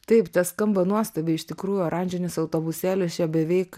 taip tas skamba nuostabiai iš tikrųjų oranžinis autobusėlis jo beveik